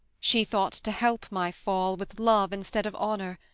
she thought to help my fall with love instead of honour,